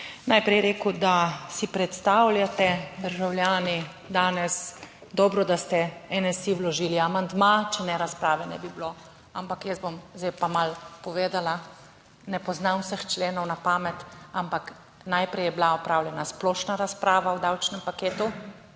Najprej je rekel, da si predstavljate državljani danes dobro, da ste NSi vložili amandma, če ne razprave ne bi bilo, ampak jaz bom zdaj pa malo povedala. Ne poznam vseh členov na pamet, ampak najprej je bila opravljena splošna razprava o davčnem paketu,